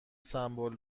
سمبل